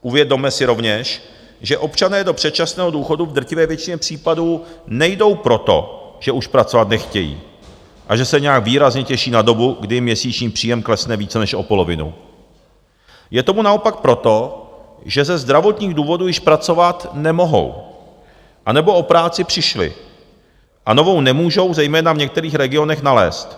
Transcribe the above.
Uvědomme si rovněž, že občané do předčasného důchodu v drtivé většině případů nejdou proto, že už pracovat nechtějí a že se nějak výrazně těší na dobu, kdy jim měsíční příjem klesne více než o polovinu, je tomu naopak proto, že ze zdravotních důvodů již pracovat nemohou, anebo o práci přišli a novou nemůžou, zejména v některých regionech, nalézt.